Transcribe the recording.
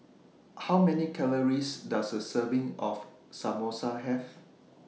How Many Calories Does A Serving of Samosa Have